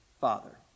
Father